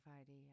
idea